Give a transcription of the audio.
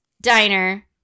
Diner